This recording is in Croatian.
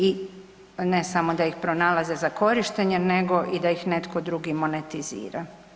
I ne samo da ih pronalaze za korištenje, nego i da ih netko drugi monetizira.